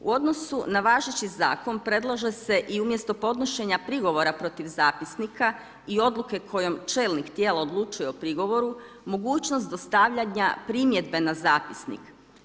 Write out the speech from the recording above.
U odnosu na važeći zakon predlaže se i umjesto podnošenja prigovora protiv zapisnika i odluke kojom čelnik tijela odlučuje o prigovoru mogućnost dostavljanja primjedbe na zapisnik.